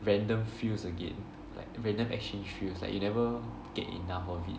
random feels again like random exchange feels like you never get enough of it